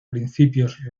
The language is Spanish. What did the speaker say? principios